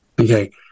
Okay